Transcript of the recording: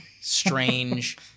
strange